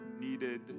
needed